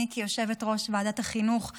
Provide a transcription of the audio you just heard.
אני כיושבת-ראש ועדת החינוך בעבר,